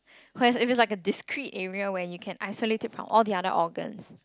where if it's like a discreet area where you can isolate it from all the other organs